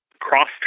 Cross